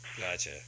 Gotcha